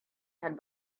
had